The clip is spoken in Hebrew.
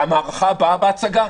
במערכה הבאה בהצגה,